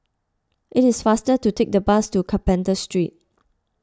it is faster to take the bus to Carpenter Street